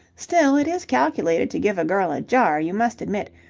still, it is calculated to give a girl a jar, you must admit,